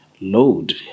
load